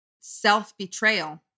self-betrayal